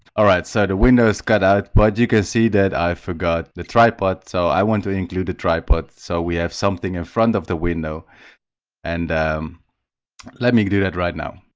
all right so the windows cut out but you can see that i forgot the tripod so i want to include the tripod so we have something in front of the window and let me do that right now